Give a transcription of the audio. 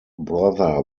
brother